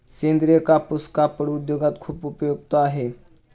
सेंद्रीय कापूस कापड उद्योगात खूप उपयुक्त आहे